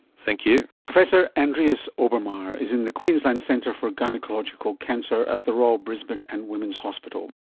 thank you. professor andreas obermair is in the queensland centre for gynaecological cancer at the royal brisbane and women's hospital.